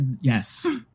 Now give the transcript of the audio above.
yes